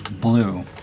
blue